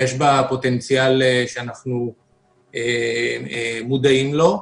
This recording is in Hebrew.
יש בה פוטנציאל שאנחנו מודעים לו,